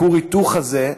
כור ההיתוך הזה,